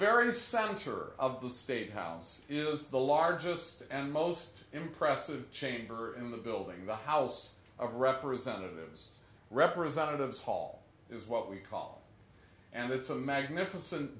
various center of the state house is the largest and most impressive chamber in the building the house of representatives representatives hall is what we call and it's a magnificent